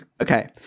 Okay